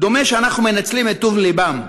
דומה שאנחנו מנצלים את טוב לבם,